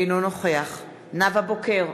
אינו נוכח נאוה בוקר,